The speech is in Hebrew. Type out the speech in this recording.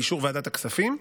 לאישור ועדת הכספים.